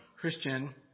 Christian